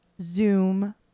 Zoom